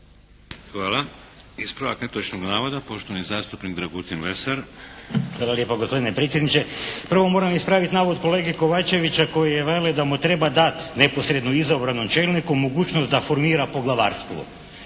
Hvala. Ispravak netočnog navoda, poštovani zastupnik Dragutin Lesar. **Lesar, Dragutin (HNS)** Hvala lijepa gospodine predsjedniče. Prvo moram ispraviti navod kolege Kovačevića koji veli da mu treba dati neposredno izabranom čelniku mogućnost da formira poglavarstvo.